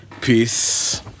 Peace